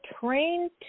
trained